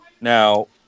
now